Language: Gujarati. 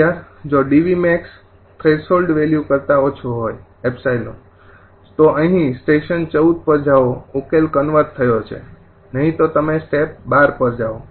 ૧૧ જો 𝐷𝑉𝑀𝐴𝑋 𝜖 તો અહીં સ્ટેપ ૧૪ પર જાઓ ઉકેલ કન્વર્ઝ થયો છે નહીં તો તમે સ્ટેપ ૧૨ પર જાઓ